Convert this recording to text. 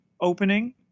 opening